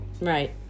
Right